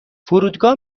فرودگاه